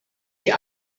die